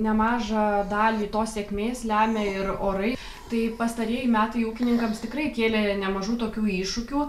nemažą dalį tos sėkmės lemia ir orai tai pastarieji metai ūkininkams tikrai kėlė nemažų tokių iššūkių